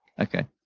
Okay